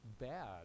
bad